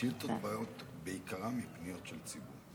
שאילתות בעיקרן הן פניות של הציבור.